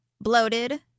bloated